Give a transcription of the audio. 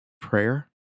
prayer